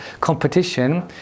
competition